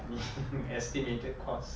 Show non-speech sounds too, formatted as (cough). (laughs) estimated cost